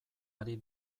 ari